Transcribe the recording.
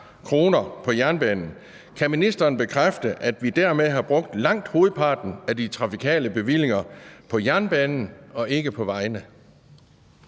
kr. på jernbanen. Kan ministeren bekræfte, at vi dermed har brugt langt hovedparten af de trafikale bevillinger på jernbanen og ikke på vejene?